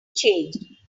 changed